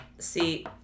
See